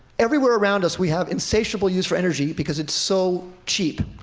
everywhere around us we have insatiable use for energy because it's so cheap.